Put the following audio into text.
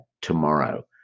tomorrow